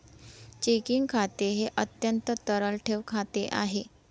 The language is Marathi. चेकिंग खाते हे अत्यंत तरल ठेव खाते आहे